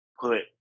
put